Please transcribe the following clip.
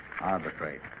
Arbitrate